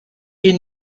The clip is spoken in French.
est